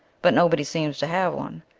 but nobody seems to have one.